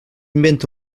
inventa